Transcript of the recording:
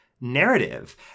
narrative